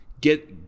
get